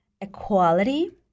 equality